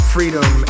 Freedom